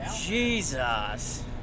Jesus